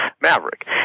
Maverick